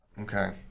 okay